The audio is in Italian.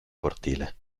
cortile